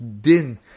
din